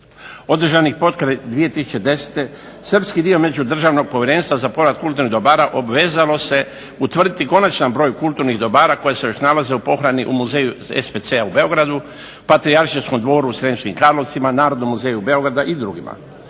održane potkraj 2010. srpski dio međudržavnog povjerenstva za povrat kulturnih dobara obvezalo se utvrditi konačan broj kulturnih dobara koja se još nalaze u pohrani u muzeju …/Ne razumije se./… u Beogradu, patrijarhijskom dvoru u …/Ne razumije se./… Karlovcima, narodnom muzeju Beograda i drugima,